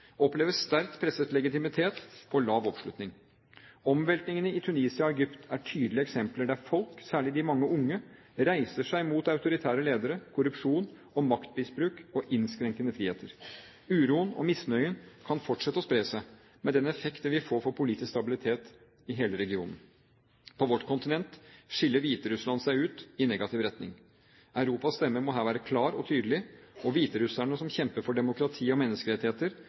opplever sterkt presset legitimitet og lav oppslutning. Omveltningene i Tunisia og Egypt er tydelige eksempler der folk, særlig de mange unge, reiser seg mot autoritære ledere, korrupsjon og maktmisbruk og innskrenkede friheter. Uroen og misnøyen kan fortsette å spre seg, med den effekt det vil få for politisk stabilitet i hele regionen. På vårt kontinent skiller Hviterussland seg ut i negativ retning. Europas stemme må her være klar og tydelig, og hviterusserne som kjemper for demokrati og menneskerettigheter,